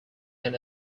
can